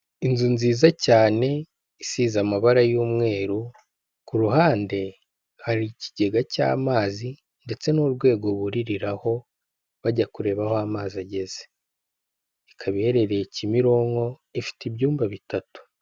Inzu nziza cyane isize amabara y'umweru, ku ruhande hari ikigega cy'amazi ndetse n'urwego buririraho bajya kureba aho amazi ageze. Ikaba iherereye Kimironko ifite ibyumba bitatu.